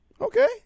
Okay